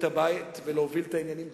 באמת ביטחון ויכולת להעביר דברים שאתה